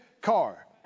car